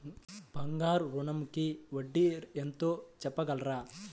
బంగారు ఋణంకి వడ్డీ ఎంతో చెప్పగలరా?